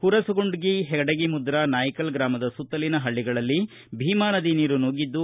ಪುರಸಗುಂಡಗಿ ಪೆಡಗಿಮದ್ರಾ ನಾಯ್ಕಲ್ ಗ್ರಾಮದ ಸುತ್ತಲಿನ ಪಳ್ಳಿಗಳಲ್ಲಿ ಭೀಮಾನದಿ ನೀರು ನುಗ್ಗಿದ್ದು